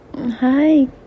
Hi